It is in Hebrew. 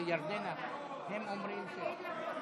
לא, לא, הוא היה פה.